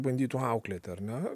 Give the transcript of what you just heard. bandytų auklėti ar ne